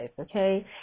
Okay